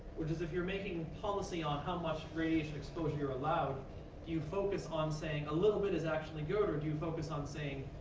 which is if you're making policy on how much radiation exposure you're allowed, do you focus on saying, a little bit is actually good, or do you focus on saying,